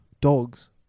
Dogs